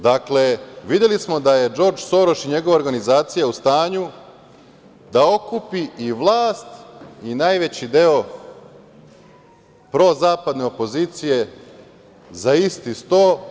Dakle, videli smo da je Džordž Soroš i njegova organizacija u stanju da okupi i vlast i najveći deo prozapadne opozicije za isti sto.